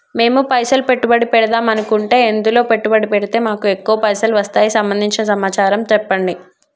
మేము పైసలు పెట్టుబడి పెడదాం అనుకుంటే ఎందులో పెట్టుబడి పెడితే మాకు ఎక్కువ పైసలు వస్తాయి సంబంధించిన సమాచారం చెప్పండి?